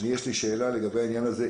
יש לי שאלה בעניין הזה: